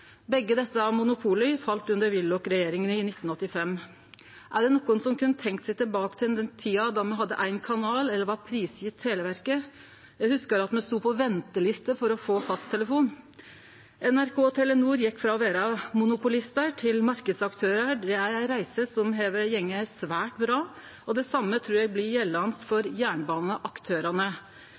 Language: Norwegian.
Begge desse monopola fall under Willoch-regjeringa i 1985. Er det nokon som kunne tenkje seg tilbake til den tida då me hadde éin kanal eller var prisgitt Televerket? Eg hugsar at me stod på venteliste for å få fasttelefon. NRK og Telenor gjekk frå å vere monopolistar til å vere marknadsaktørar. Det er ei reise som har gått svært bra. Det same trur eg blir gjeldande for jernbaneaktørane.